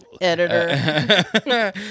editor